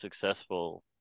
successful